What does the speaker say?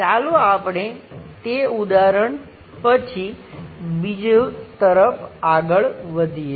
ચાલો આપણે તે ઉદાહરણ પછી બીજા તરફ આગળ વધીએ